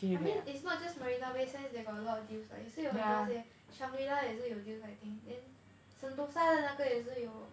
I mean it's not just marina bay sands that got a lot of deals like 也是有很多那些 ShangriLa 也是有 deals I think then sentosa 的那个也是有